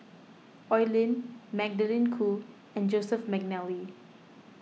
Oi Lin Magdalene Khoo and Joseph McNally